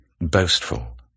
boastful